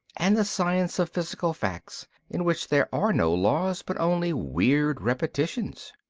and the science of physical facts, in which there are no laws, but only weird repetitions.